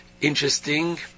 Interesting